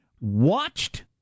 watched